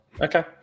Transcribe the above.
Okay